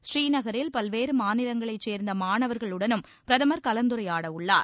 ஸ்ரீநகரில் பல்வேறு மாநிலங்களைச் சேர்ந்த மாணவர்களுடனும் பிரதமர் கலந்துரையாட உள்ளார்